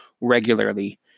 regularly